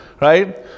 right